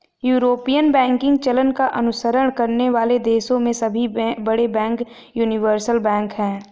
European banking चलन का अनुसरण करने वाले देशों में सभी बड़े बैंक यूनिवर्सल बैंक हैं